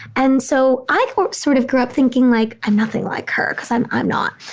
and so i sort of grew up thinking like, i'm nothing like her because i'm i'm not.